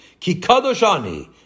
kikadoshani